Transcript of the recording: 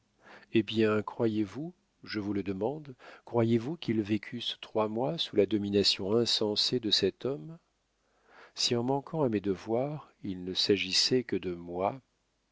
eh bien croyez-vous je vous le demande croyez-vous qu'ils vécussent trois mois sous la domination insensée de cet homme si en manquant à mes devoirs il ne s'agissait que de moi